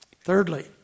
Thirdly